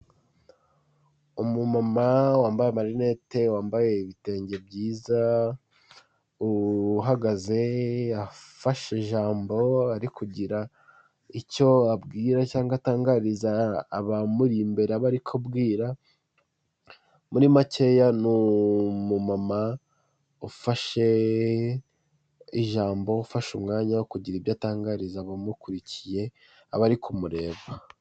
Umu mama wambaye amarinete, wambaye ibitenge byiza uhagaze afashe ijambo ari kugira icyo abwira cyangwa atangariza abamuri imbere abo ari kubwira, muri makeya ni umu mama ufashe ijambo, ufashe umwanya wo kugira ibyo atangariza abamukurikiye, abari ku mureba.